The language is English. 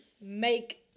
make